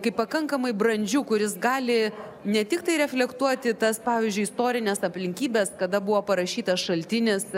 kaip pakankamai brandžių kuris gali ne tik tai reflektuoti tas pavyzdžiui istorines aplinkybes kada buvo parašytas šaltinis